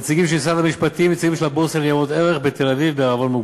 נציגים של משרד המשפטים ונציגים של הבורסה לניירות ערך בתל-אביב בע"מ.